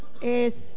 es